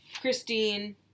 Christine